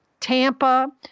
Tampa